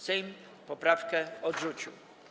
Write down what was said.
Sejm poprawkę odrzucił.